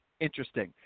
interesting